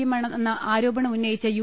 എമ്മാണെന്ന ആരോപണം ഉന്നയിച്ച യു